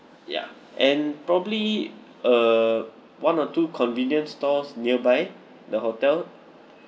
ya and probably uh one or two convenience stores nearby the hotel